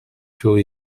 thule